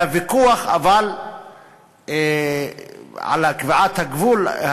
היה ויכוח על קביעת הגבול,